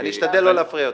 אני אשתדל לא להפריע יותר.